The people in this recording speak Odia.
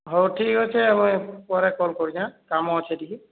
ହେଉ ଠିକ ଅଛି ହାଁ ମୁଇଁ ପରେ କଲ୍ କରବି ହାଁ କାମ ଅଛି ଟିକେ